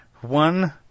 one